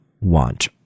want